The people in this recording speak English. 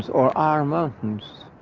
or ah higher mountains.